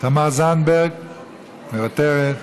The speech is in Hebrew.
תמר זנדברג מוותרת,